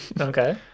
Okay